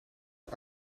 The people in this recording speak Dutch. dit